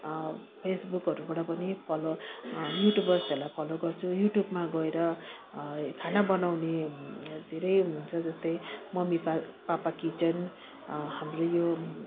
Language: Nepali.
फेसबुकहरूबाट पनि फलो युट्युबर्सहरूलाई फलो गर्छु युट्युबमा गएर खाना बनाउने धेरै हुन्छ जस्तै मम्मी पा पापा किचन हाम्रो यो